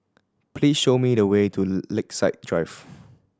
please show me the way to Lakeside Drive